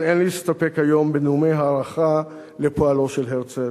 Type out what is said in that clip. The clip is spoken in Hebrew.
על כן אין להסתפק היום בנאומי הערכה לפועלו של הרצל,